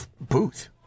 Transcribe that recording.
booth